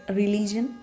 religion